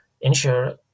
ensure